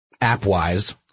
app-wise